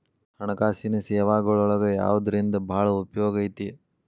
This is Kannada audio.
ಹಣ್ಕಾಸಿನ್ ಸೇವಾಗಳೊಳಗ ಯವ್ದರಿಂದಾ ಭಾಳ್ ಉಪಯೊಗೈತಿ?